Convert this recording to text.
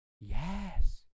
Yes